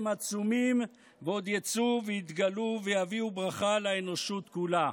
הם עצומים ועוד יצאו ויתגלו ויביאו ברכה לאנושות כולה.